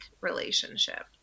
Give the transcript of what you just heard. relationship